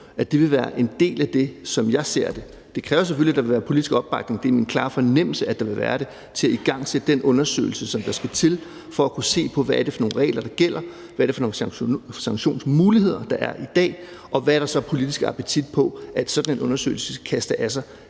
vil være en del af det, som jeg ser det. Det kræver selvfølgelig, at der vil være politisk opbakning, men det er min klare fornemmelse, at der vil være det, til at igangsætte den undersøgelse, som der skal til for at kunne se på, hvad det er for nogle regler, der gælder, hvad det er for nogle sanktionsmuligheder, der er i dag, og hvad der så politisk er appetit på, at sådan en undersøgelse skal kaste af sig